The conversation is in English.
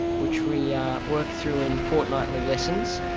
which we yeah ah worked through in fortnightly lessons,